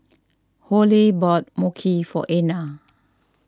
Joelle bought Mochi for Einar